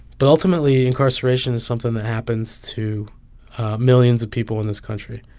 but ultimately, incarceration is something that happens to millions of people in this country.